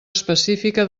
específica